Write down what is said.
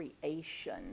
creation